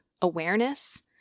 awareness